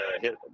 Hit